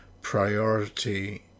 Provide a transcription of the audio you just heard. priority